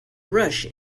rush